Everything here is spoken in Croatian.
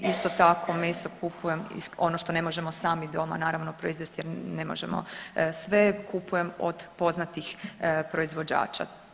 Isto tako meso kupujem, ono što ne možemo sami doma naravno proizvesti jer ne možemo sve, kupujem od poznatih proizvođača.